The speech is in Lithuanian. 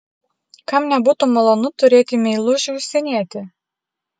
kam nebūtų malonu turėti meilužį užsienietį